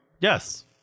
Yes